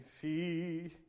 Feed